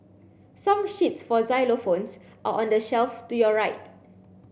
song sheets for xylophones are on the shelf to your right